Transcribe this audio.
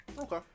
Okay